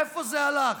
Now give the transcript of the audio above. לאן זה הלך?